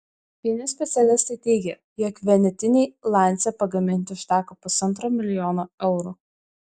vieni specialistai teigia jog vienetinei lancia pagaminti užteko pusantro milijono eurų